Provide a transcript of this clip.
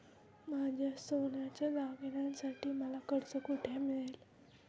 माझ्या सोन्याच्या दागिन्यांसाठी मला कर्ज कुठे मिळेल?